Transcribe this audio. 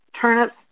turnips